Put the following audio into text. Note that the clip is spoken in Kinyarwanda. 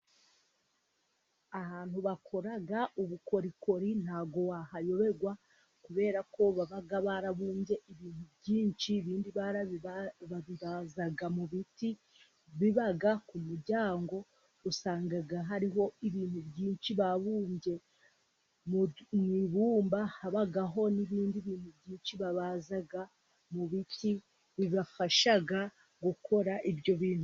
Ahantu bakora ubukorikori, ntabwo wahayoberwa kubera ko baba barabumbye ibintu byinshi ibindi babibaza mu biti biba ku muryango usanga hariho ibintu byinshi babumbye mu ibumba, habaho n'ibindi bintu byinshi babaza mu biti bibafasha gukora ibyo bintu.